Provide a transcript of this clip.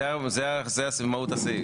זה מהות הסעיף.